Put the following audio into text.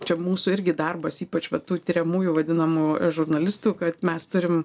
čia mūsų irgi darbas ypač va tų tiriamųjų vadinamų žurnalistų kad mes turim